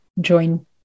join